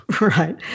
Right